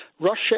Russia